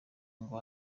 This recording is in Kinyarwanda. ngo